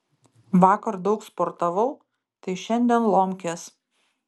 vakar daug sportavau tai šiandien lomkės